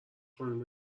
خانم